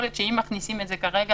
יכול להיות שאם מכניסים את זה כרגע